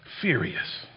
furious